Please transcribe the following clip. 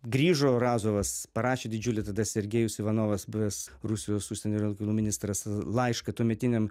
grįžo razovas parašė didžiulį tada sergejus ivanovas buvęs rusijos užsienio reikalų ministras laišką tuometiniam